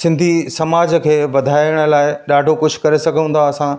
सिंधी समाज खे वधाइण लाइ ॾाढो कुझु करे सघूं था असां